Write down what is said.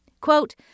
Quote